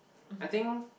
I think